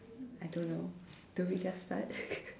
I don't know do we just start